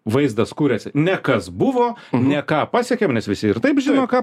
vaizdas kūriasi ne kas buvo ne ką pasiekėm nes visi ir taip žino ką